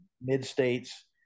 Mid-States